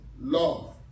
love